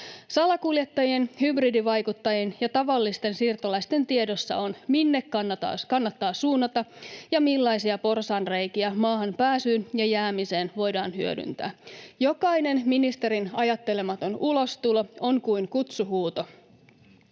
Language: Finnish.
Salakuljettajien, hybridivaikuttajien ja tavallisten siirtolaisten tiedossa on, minne kannattaa suunnata ja millaisia porsaanreikiä maahan pääsyyn ja jäämiseen voidaan hyödyntää. Jokainen ministerin ajattelematon ulostulo on kuin kutsuhuuto.